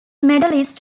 medalist